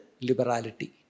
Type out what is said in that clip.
liberality